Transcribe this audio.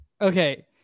Okay